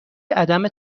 عدم